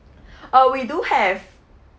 oh we do have